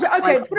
Okay